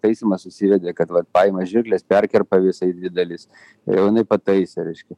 taisymas susivedė kad vat paima žirkles perkerpa visą į dvi dalis ir jau jinai pataisė reiškia